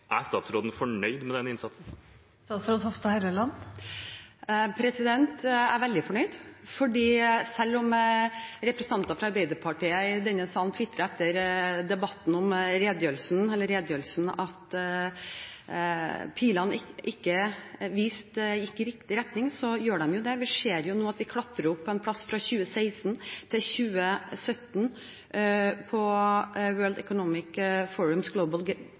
Er statsråden fornøyd med denne innsatsen? Jeg er veldig fornøyd, selv om representanter fra Arbeiderpartiet i denne salen twitret etter redegjørelsen at pilene ikke går i riktig retning. De gjør jo det. Vi ser jo nå at vi klatrer opp én plass fra 2016 til 2017 på World Economics The Global